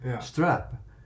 strap